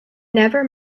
never